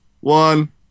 one